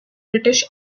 british